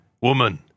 woman